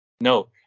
no